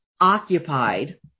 occupied